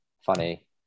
Funny